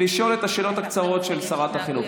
לשאול את השאלות הקצרות לשרת החינוך.